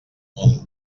molt